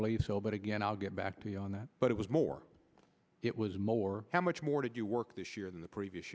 believe so but again i'll get back to me on that but it was more it was more how much more did you work this year than the previous